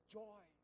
joy